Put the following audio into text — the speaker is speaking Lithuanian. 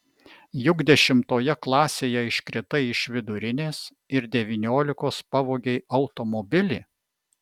juk dešimtoje klasėje iškritai iš vidurinės ir devyniolikos pavogei automobilį